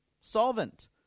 solvent